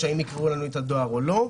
שהן יקראו לנו את הדואר או לא.